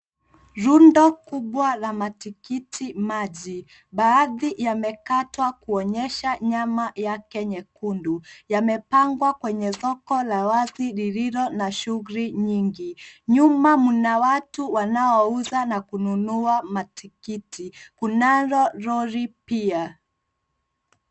Rundo kubwa la matikiti maji, baadhi yamekatwa kuonyesha nyama yake nyekundu. Yamepangwa kwenye soko la wazi lililo na shughuli nyingi. Nyuma mna watu wanaouza na kununua matikiti. Kunalo lori pia.